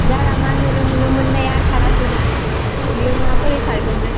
गारामा मिलौ मिलौ मोननाया खाराखैमोन बियो माबोरै खारगोमोन